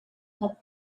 her